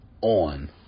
on